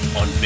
on